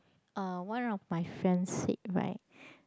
uh one of my friend said right